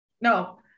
no